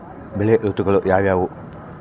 ಬೆಳೆ ಋತುಗಳು ಯಾವ್ಯಾವು?